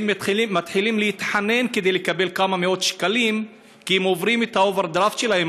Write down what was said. ומתחילים להתחנן כדי לקבל כמה מאות שקלים כי הם עוברים את מסגרת